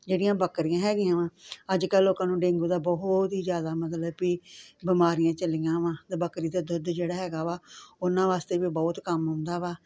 ਜਿਹੜੀਆਂ ਬੱਕਰੀਆਂ ਹੈਗੀਆਂ ਵਾਂ ਅੱਜ ਕੱਲ੍ਹ ਲੋਕਾਂ ਨੂੰ ਡੇਂਗੂ ਦਾ ਬਹੁਤ ਹੀ ਜ਼ਿਆਦਾ ਮਤਲਬ ਵੀ ਬਿਮਾਰੀਆਂ ਚੱਲੀਆਂ ਵਾਂ ਅਤੇ ਬੱਕਰੀ ਦਾ ਦੁੱਧ ਜਿਹੜਾ ਹੈਗਾ ਵਾ ਉਨ੍ਹਾਂ ਵਾਸਤੇ ਵੀ ਬਹੁਤ ਕੰਮ ਆਉਂਦਾ ਵਾ